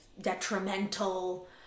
detrimental